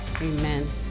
amen